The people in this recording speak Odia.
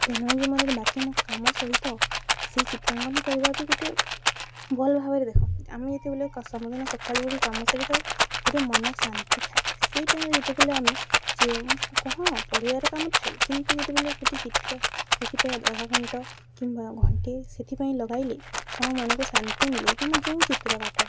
ଦୈନନ୍ଦିନ ମନରେ ବାକି ମ କାମ ସହିତ ସେଇ ଚିତ୍ରାଙ୍କନ କରିବା ବି ଗୋଟେ ଭଲ୍ ଭାବରେ ଦେଖ ଆମେ ଯେତେବେଲେ ସମୁଦିନ ସକାଳୁ ଉଠି କାମ ସାରିଥାଉ ଗୋଟେ ମନ ଶାନ୍ତି ଥାଏ ସେଇ ଟାଇମରେ ଯେତେବେଲେ ଆମେ ଯେ କହଁ ପଢ଼ିବାର କାମ ଥାଏ କିନ୍ତୁ ଯେତେବେଲେ ଗୋଟେ ଚିତ୍ର ସେଥିପାଇଁ ଅଧା ଘଣ୍ଟ କିମ୍ବା ଘଣ୍ଟେ ସେଥିପାଇଁ ଲଗାଇଲେ ଆମ ମନକୁ ଶାନ୍ତି ମିଲେ ତମେ ଯେଉଁ ଚିତ୍ର କାଟ